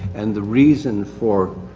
and the reason for